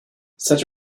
such